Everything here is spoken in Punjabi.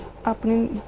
ਆਪਣੀ